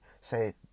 say